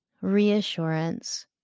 reassurance